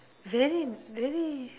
very very